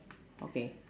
okay